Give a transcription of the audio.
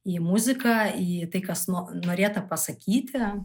į muziką į tai kas no norėta pasakyti